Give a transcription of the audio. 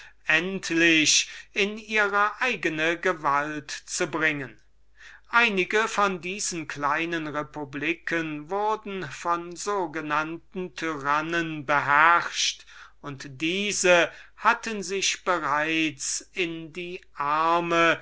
insel in ihre gewalt zu bringen einige von diesen kleinen republiken wurden von so genannten tyrannen beherrscht und diese hatten sich bereits in die arme